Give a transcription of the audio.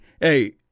hey